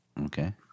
Okay